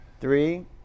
three